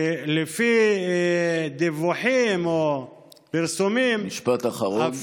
שלפי דיווחים או פרסומים, משפט אחרון.